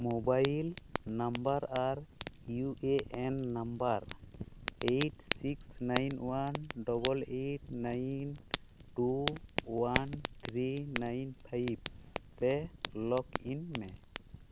mobile number ᱟᱨ U A N number eight six nine one double eight nine two one three nine five ᱛᱮ log in ᱢᱮ